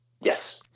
Yes